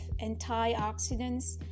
antioxidants